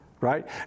right